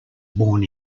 born